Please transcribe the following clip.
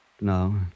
No